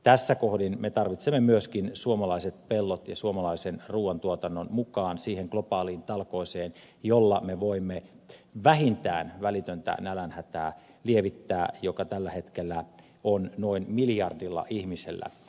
tässä kohdin me tarvitsemme myöskin suomalaiset pellot ja suomalaisen ruuantuotannon mukaan siihen globaaliin talkooseen jolla me voimme vähintään välitöntä nälänhätää lievittää joka tällä hetkellä on noin miljardilla ihmisellä